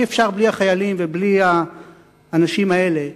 אי-אפשר בלי החיילים ובלי האנשים האלה,